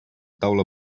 taula